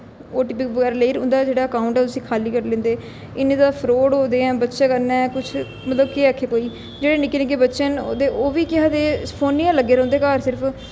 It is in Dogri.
ओ टी पी बगैरा लेई लेओ उं'दा जेह्ड़ा अकाउंट ऐ उसी खाल्ली करी लैंदें इन्ने ज्यादा फ्राड होआ दे ऐ बच्चे कन्नै कुछ मतलब केह् आक्खै कोई जेह्ड़े निक्के निक्के बच्चे न ते ओह् बी केह् आखदे फोनै च गै लग्गे दे रौंह्दे घर सिर्फ